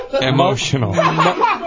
Emotional